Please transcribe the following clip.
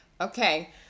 Okay